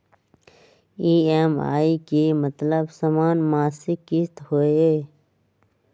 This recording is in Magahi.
ई.एम.आई के मतलब समान मासिक किस्त होहई?